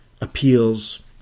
appeals